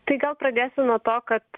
tai gal pradėsiu nuo to kad